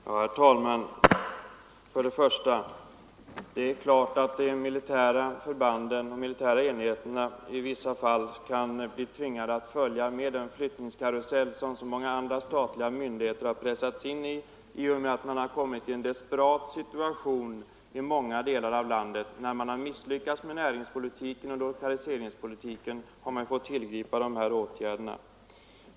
Herr talman! För det första: Det är klart att de militära enheterna i vissa fall kan bli tvingade att följa med i den flyttningskarusell som så många andra statliga myndigheter pressats in i genom att man har hamnat i en desperat situation i många delar av landet. När regeringen har misslyckats med näringspolitiken och lokaliseringspolitiken har man fått tillgripa de här åtgärderna.